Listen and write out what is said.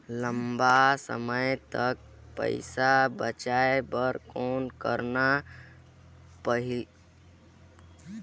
लंबा समय तक पइसा बचाये बर कौन करना पड़ही?